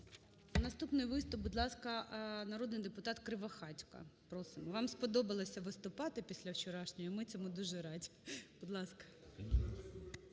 Наступний виступ, будь ласка, народний депутат Кривохатько. Просимо. Вам сподобалось виступати після вчорашнього і ми цьому дуже раді,